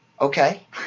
Okay